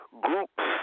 groups